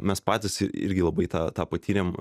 mes patys irgi labai tą patyrėm